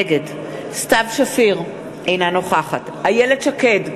נגד סתיו שפיר, אינה נוכחת איילת שקד,